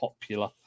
Popular